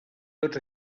tots